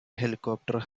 helicopter